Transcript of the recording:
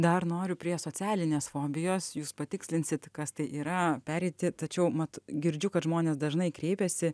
dar noriu prie socialinės fobijos jūs patikslinsit kas tai yra pereiti tačiau mat girdžiu kad žmonės dažnai kreipiasi